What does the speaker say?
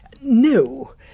No